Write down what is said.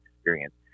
experience